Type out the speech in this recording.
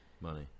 money